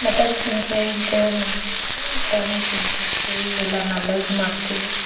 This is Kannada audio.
ಮಟನ್ ತಿಂತೀವಿ ಅಂತೇಳಿ ನಡ್ ಮಟನ್ನೂ ತಿಂತಿರ್ತೀವಿ ಎಲ್ಲ ನೊಲೆಜ್ ಮಾಡ್ತೀವಿ